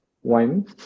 one